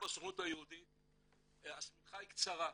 בסוכנות היהודית השמיכה קצרה,